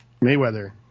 Mayweather